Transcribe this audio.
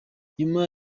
nyuma